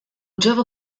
jove